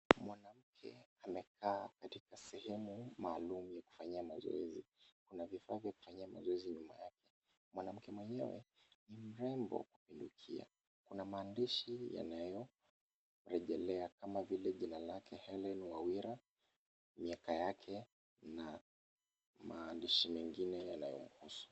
Mwanamke amekaa katika sehemu maalum ya kufanyia mazoezi. Kuna vifaa vya kufanyia mazoezi nyuma yake, mwanamke mwenyewe ni mrembo kupindukia. Kuna maandishi yanayorejelea jina lake kama vile Hellen Wawira, miaka yake na maandishi mengine yanayomhusu.